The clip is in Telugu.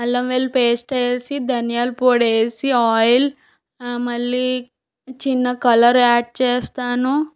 అల్లం వెల్లుల్లి పేస్ట్ వేసి ధనియాల పొడి వేసి ఆయిల్ మళ్ళీ చిన్న కలర్ యాడ్ చేస్తాను